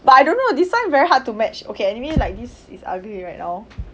but I don't know this time very hard to match okay anyway like this is ugly right now